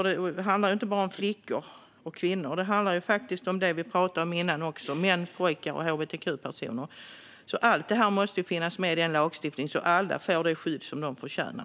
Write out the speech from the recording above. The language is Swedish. Det handlar ju inte bara om flickor och kvinnor utan även om det vi talade om tidigare - om män, pojkar och hbtq-personer. Allt detta måste finnas med i lagstiftningen så att alla får det skydd de förtjänar.